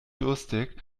durstig